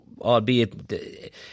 Albeit